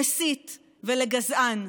למסית ולגזען?